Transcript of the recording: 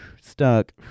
stuck